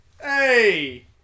hey